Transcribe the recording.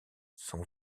sont